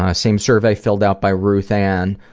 ah same survey filled out by ruth ann.